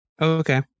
Okay